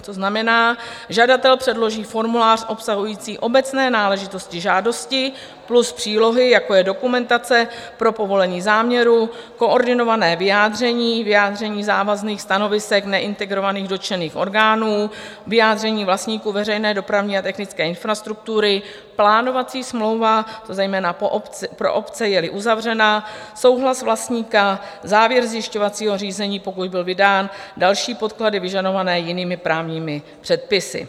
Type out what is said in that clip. To znamená, žadatel předloží formulář obsahující obecné náležitosti žádosti plus přílohy, jako je dokumentace pro povolení záměru, koordinované vyjádření, vyjádření závazných stanovisek neintegrovaných dotčených orgánů, vyjádření vlastníků veřejné dopravní a technické infrastruktury, plánovací smlouva, zejména pro obce, jeli uzavřena, souhlas vlastníka, závěr zjišťovacího řízení, pokud byl vydán, další podklady vyžadované jinými právními předpisy.